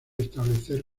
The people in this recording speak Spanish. establecer